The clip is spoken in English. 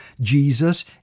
Jesus